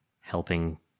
helping